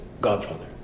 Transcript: godfather